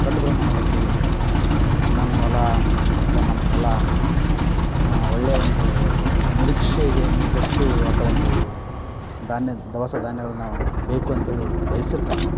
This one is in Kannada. ದೊಡ್ಡ ಪ್ರಮಾಣದಲ್ಲಿ ನನ್ನೊಲ ಅಥವಾ ನಮ್ಮ ಹೊಲ ಒಳ್ಳೆಯ ಒಂದು ನಿರೀಕ್ಷೆಗೆ ಮೀರಿದಷ್ಟು ಆತ ಒಂದು ಧಾನ್ಯ ದವಸ ಧಾನ್ಯಗಳನ್ನಾವು ಬೇಕಂತೇಳಿ ಬಯಸಿರ್ತಾನೆ